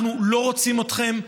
אנחנו לא רוצים אתכם,